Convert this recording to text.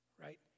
right